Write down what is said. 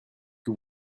que